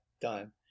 Done